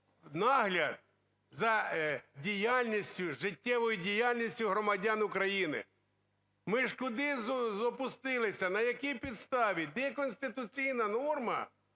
нагляд за діяльністю, життєвою діяльністю громадян України? Ми ж куди запустилися? На якій підставі? Де конституційна норма,